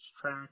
track